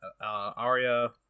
Arya